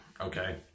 okay